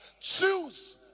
choose